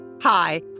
Hi